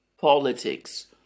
politics